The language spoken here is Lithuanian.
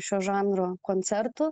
šio žanro koncertų